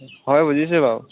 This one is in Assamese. হয় বুজিছোঁ বাৰু